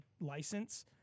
license